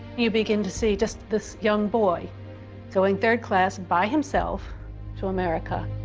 you begin to see just this young boy going third class by himself to america